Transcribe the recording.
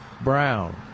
brown